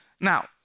Now